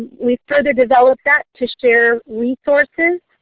we further develop that to share resources,